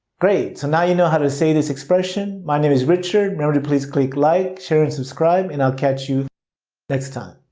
great, so now you know how to say this expression. my name is richard. remember to please click like, share, and subscribe and i'll catch you next time.